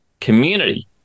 community